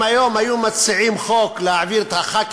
אם היום היו מציעים חוק להעביר את חברי